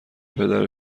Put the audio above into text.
پدر